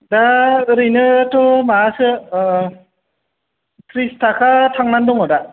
दा ओरैनोथ' माबासो थ्रिसथाखा थांनानै दङ दा